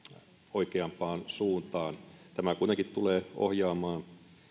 oikeampaan suuntaan tämä kuitenkin tulee ohjaamaan